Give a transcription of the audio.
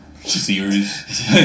series